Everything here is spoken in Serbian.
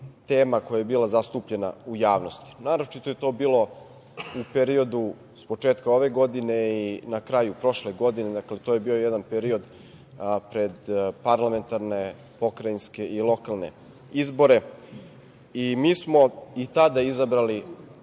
tema koja je bila zastupljena u javnosti. Naročito je to bilo u periodu s početka ove godine i na kraju prošle godine. Dakle, to je bio jedan period pred parlamentarne, pokrajinske i lokalne izbore i mi smo i tada izabrali